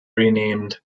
renamed